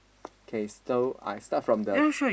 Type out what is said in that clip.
K so I start from the